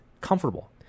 comfortable